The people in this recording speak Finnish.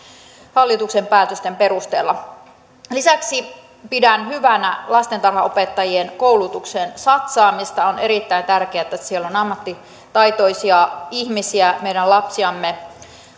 hallituksen päätösten perusteella lisäksi pidän hyvänä lastentarhanopettajien koulutukseen satsaamista on erittäin tärkeää että siellä on ammattitaitoisia ihmisiä meidän lapsiamme